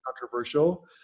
controversial